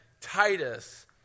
Titus